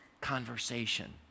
conversation